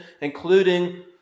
including